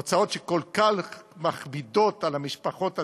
הוצאות שכל כך מכבידות על המשפחות הצעירות.